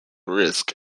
risk